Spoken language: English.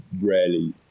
rarely